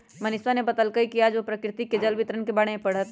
मनीष ने बतल कई कि आज वह प्रकृति में जल वितरण के बारे में पढ़ तय